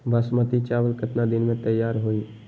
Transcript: बासमती चावल केतना दिन में तयार होई?